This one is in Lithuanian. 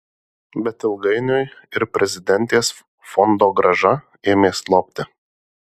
bet ilgainiui ir prezidentės fondogrąža ėmė slopti